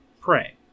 prey